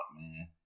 man